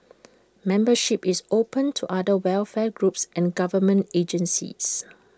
membership is open to other welfare groups and government agencies